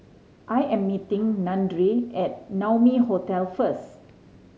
I am meeting Dandre at Naumi Hotel first